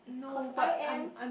cause I am